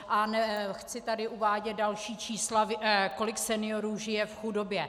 A nechci tady uvádět další čísla, kolik seniorů žije v chudobě.